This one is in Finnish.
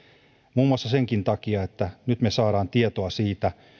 muun muassa senkin takia että nyt me saamme tietoa siitä